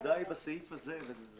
הנקודה היא בסעיף הזה.